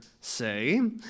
say